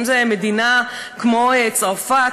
אם זו מדינה כמו צרפת,